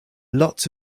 lots